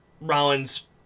Rollins